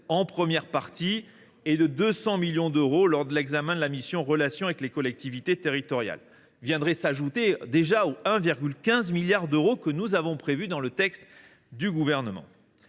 en première partie et de 200 millions d’euros lors de l’examen de la mission « Relations avec les collectivités territoriales ». Cette augmentation s’ajoute aux 1,15 milliard d’euros prévu dans le texte du Gouvernement.